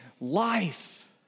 life